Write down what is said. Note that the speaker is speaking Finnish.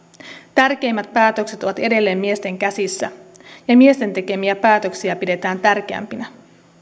tärkeimmät päätökset ovat edelleen miesten käsissä ja miesten tekemiä päätöksiä pidetään tärkeämpinä